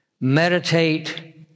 meditate